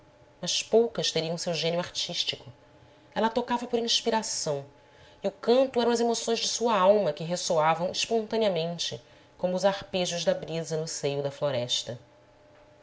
mas poucas teriam seu gênio artístico ela tocava por inspiração e o canto eram as emoções de sua alma que ressoavam espontaneamente como os harpejos da brisa no seio da floresta